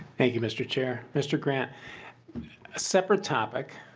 thank you mr. chair. mr. grant a separate topic.